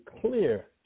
clear